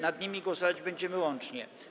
Nad nimi głosować będziemy łącznie.